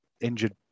injured